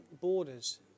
borders